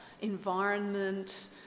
environment